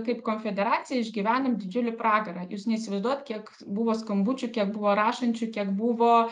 kaip konfederacija išgyvenam didžiulį pragarą jūs neįsivaizduojat kiek buvo skambučių kiek buvo rašančių kiek buvo